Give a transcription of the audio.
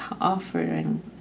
offering